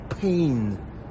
pain